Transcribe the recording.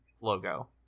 logo